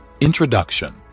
Introduction